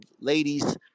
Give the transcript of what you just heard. ladies